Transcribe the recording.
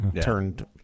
turned